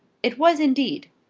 it was indeed.